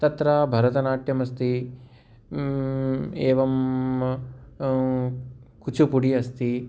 तत्र भरतनाट्यम् अस्ति एवं कुचुपुडि अस्ति